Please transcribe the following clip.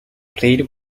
plead